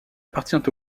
appartient